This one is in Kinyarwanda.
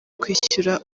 kwishyura